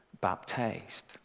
Baptized